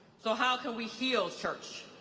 so how can we heal, church?